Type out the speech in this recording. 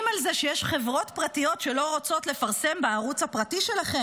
על זה שיש חברות פרטיות שלא רוצות לפרסם בערוץ הפרטי שלכם,